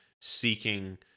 seeking